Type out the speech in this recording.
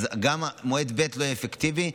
אז גם מועד ב' לא אפקטיבי.